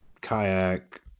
kayak